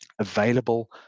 available